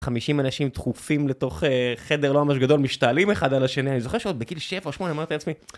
50 אנשים דחופים לתוך חדר לא ממש גדול, משתעלים אחד על השני, אני זוכר שעוד בכל שבע או שמונה, אמרתי לעצמי.